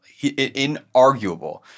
Inarguable